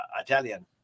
Italian